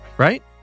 Right